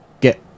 get